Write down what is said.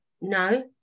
no